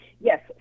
yes